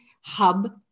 hub